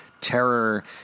terror